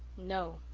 no,